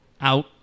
out